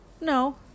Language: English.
No